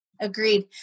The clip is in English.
Agreed